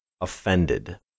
offended